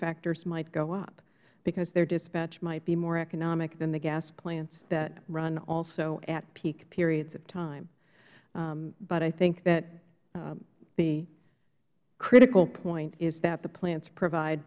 factors might go up because their dispatch might be more economic than the gas plants that run also at peak periods of time but i think that the critical point is that the plants provide